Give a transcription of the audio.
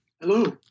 Hello